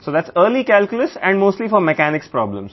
కాబట్టి ఇది ప్రారంభ క్యాల్కులస్ మరియు ఎక్కువగా మెకానిక్స్ సమస్యలకు